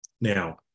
Now